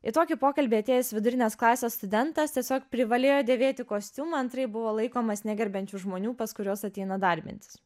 į tokį pokalbį atėjęs vidurinės klasės studentas tiesiog privalėjo dėvėti kostiumą antraip buvo laikomas negerbiančiu žmonių pas kuriuos ateina darbintis